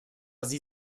sie